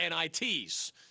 NITs